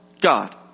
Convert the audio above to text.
God